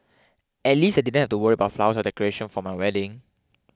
at least I didn't have to worry about flowers or decoration for my wedding